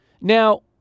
Now